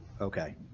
Okay